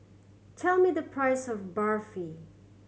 tell me the price of Barfi